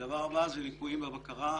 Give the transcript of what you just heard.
הדבר הבא זה הליקויים והבקרה.